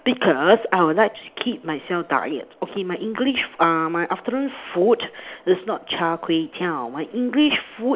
because I will like to keep myself diet okay my English uh my afternoon food is not Char-kway-teow my English food